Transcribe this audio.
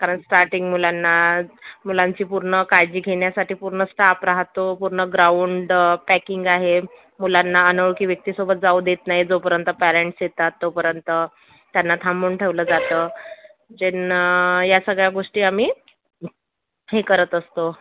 कारण स्टार्टिंग मुलांना मुलांची पूर्ण काळजी घेण्यासाठी पूर्ण स्टाफ राहतो पूर्ण ग्राउंड पॅकिंग आहे मुलांना अनोळखी व्यक्तीसोबत जाऊ देत नाही जोपर्यंत पॅरेंट्स येतात तोपर्यंत त्यांना थांबून ठेवलं जातं ज्यांना या सगळ्या गोष्टी आम्ही हे करत असतो